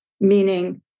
meaning